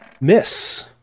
Miss